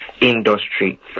industry